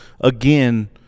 again